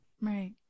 Right